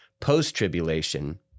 post-tribulation